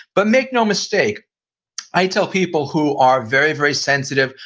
but make no mistake i tell people who are very, very sensitive,